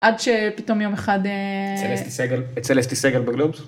‫עד שפתאום יום אחד... ‫-את צלסטי סגל בגלובס.